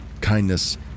kindness